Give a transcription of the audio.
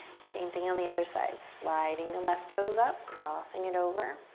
same thing on the other side, sliding the left toes up, crossing it over,